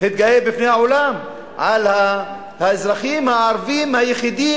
התגאה בפני העולם על האזרחים הערבים היחידים